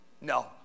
No